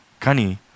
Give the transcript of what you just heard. Kani